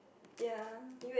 ya